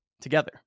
together